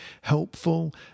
helpful